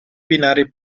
binari